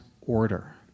order